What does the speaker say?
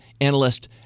analyst